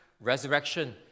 Resurrection